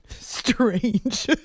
strange